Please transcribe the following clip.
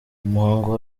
umuhango